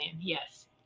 Yes